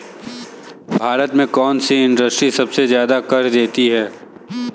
भारत में कौन सी इंडस्ट्री सबसे ज्यादा कर देती है?